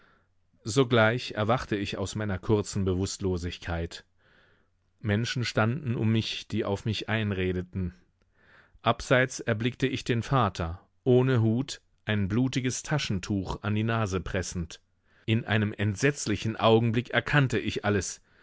sogleich erwachte ich aus meiner kurzen bewußtlosigkeit menschen standen um mich die auf mich einredeten abseits erblickte ich den vater ohne hut ein blutiges taschentuch an die nase pressend in einem entsetzlichen augenblick erkannte ich alles